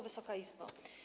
Wysoka Izbo!